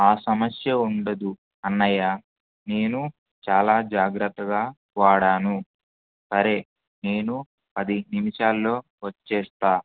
ఆ సమస్య ఉండదు అన్నయ్య నేను చాలా జాగ్రత్తగా వాడాను సరే నేను పది నిమిషాల్లో వచ్చేస్తా